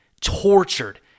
tortured